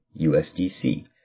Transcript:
USDC